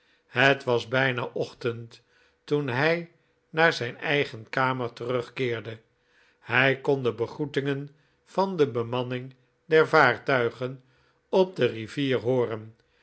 het was bijna ochtend toen hij naar zijn eigen kamer terugkeerde hij kon de begroetingen van de bemanning der vaartuigen op de rivier hooren